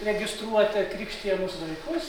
registruoti krikštijamus vaikus